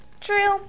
True